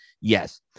Yes